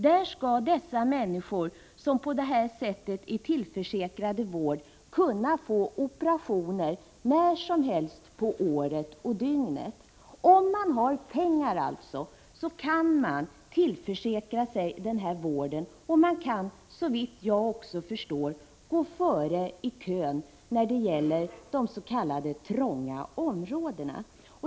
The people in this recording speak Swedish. Där skall de människor som på det här sättet är tillförsäkrade vård kunna få operation när som helst på dygnet och året om. Om man har pengar så kan man alltså tillförsäkra sig den här vården, och man kan, såvitt jag förstår, också gå före i kön när det gäller de s.k. trånga områdena.